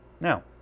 Now